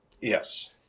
Yes